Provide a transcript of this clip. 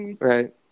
Right